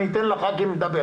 אני אתן לח"כים לדבר.